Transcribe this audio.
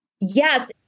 Yes